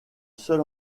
seul